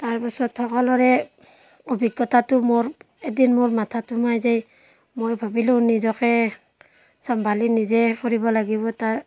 তাৰ পাছত সকলোৰে অভিজ্ঞতাটো মোৰ এদিন মোৰ মাথাত সোমাই যায় মই ভাবিলোঁ নিজকে চম্ভালি নিজে ফুৰিব লাগিব তাক